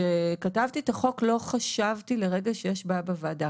כשכתבתי את החוק לא חשבתי לרגע שיש בעיה בוועדה.